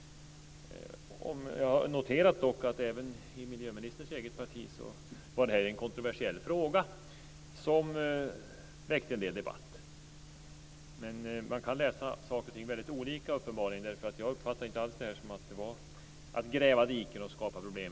Jag har dock noterat att det här var en kontroversiell fråga som väckte en del debatt även i miljöministerns eget parti. Man kan uppenbarligen läsa saker och ting väldigt olika, för jag uppfattade inte alls det här som att det var att gräva diken och skapa problem.